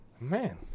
Man